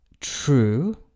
true